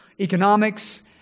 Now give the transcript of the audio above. economics